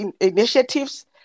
initiatives